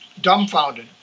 dumbfounded